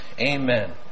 Amen